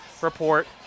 report